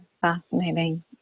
fascinating